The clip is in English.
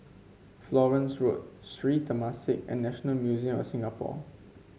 Florence Road Sri Temasek and National Museum of Singapore